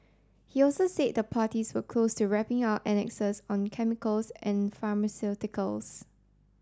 he also said the parties were close to wrapping up annexes on chemicals and pharmaceuticals